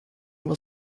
will